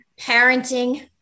parenting